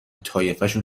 طایفشون